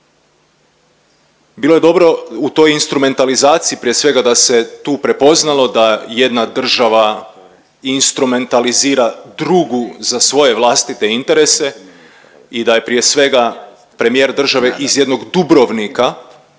Bilo je dobro u toj instrumentalizaciji prije svega da se tu prepoznalo da jedna država instrumentalizira drugu za svoje vlastite interese i da je prije svega premijer države iz jednog Dubrovnika